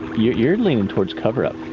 you're leaning towards coverup.